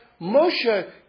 Moshe